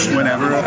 Whenever